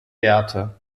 werte